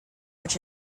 which